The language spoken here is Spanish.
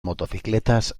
motocicletas